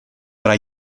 tra